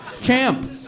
champ